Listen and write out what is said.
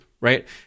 right